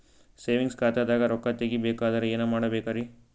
Savings ಖಾತಾದಾಗ ರೊಕ್ಕ ತೇಗಿ ಬೇಕಾದರ ಏನ ಮಾಡಬೇಕರಿ?